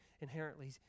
inherently